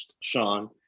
Sean